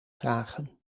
vragen